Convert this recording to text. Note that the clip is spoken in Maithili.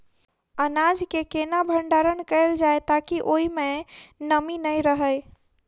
अनाज केँ केना भण्डारण कैल जाए ताकि ओई मै नमी नै रहै?